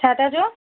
छा था चओ